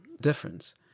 difference